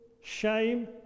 shame